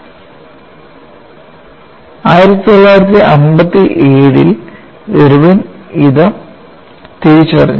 1957 ൽ ഇർവിൻ ഇത് തിരിച്ചറിഞ്ഞു